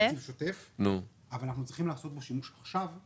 השוטף אבל אנחנו צריכים לעשות בו שימוש עכשיו,